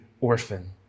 orphan